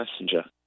Messenger